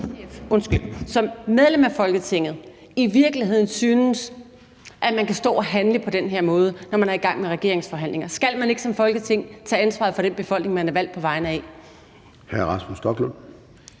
som medlem af Folketinget virkelig synes, at man kan stå og handle på den her måde, når man er i gang med regeringsforhandlinger? Skal man ikke som Folketing tage ansvaret for den befolkning, man er valgt på vegne af? Kl. 13:55 Formanden